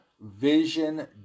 Vision